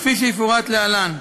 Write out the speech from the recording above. כפי שיפורט להלן: